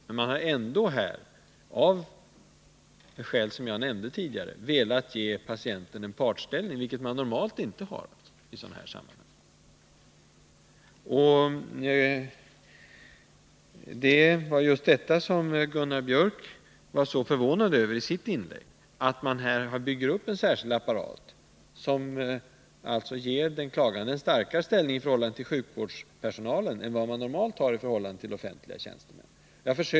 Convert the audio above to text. Men man har ändå av skäl som jag tidigare nämnde velat ge patienten en partsställning, vilket man normalt inte har i sådana här sammanhang. Det var just detta som Gunnar Biörck var så förvånad över i sitt inlägg — att man här bygger upp en särskild apparat, som ger den klagande en starkare ställning i förhållande till sjukvårdspersonalen än vad man annars har i förhållande till offentliga tjänstemän.